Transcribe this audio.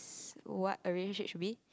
what a relationship should be